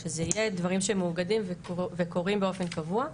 אבל שזה יהיה דברים שמאוגדים וקורים באופן קבוע.